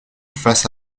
face